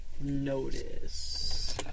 Notice